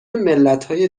ملتهای